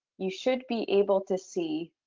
you should be able to see